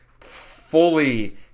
fully